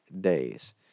days